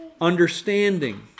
understanding